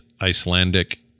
Icelandic